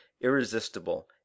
irresistible